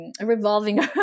revolving